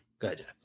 Good